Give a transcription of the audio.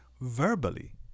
verbally